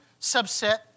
subset